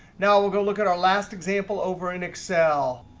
now we'll go look at our last example over in excel.